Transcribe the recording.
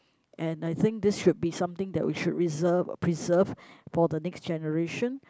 and I think this should be something that we should reserve preserve for the next generation